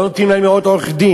לא נותנים להם לראות עורך-דין.